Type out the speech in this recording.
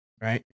Right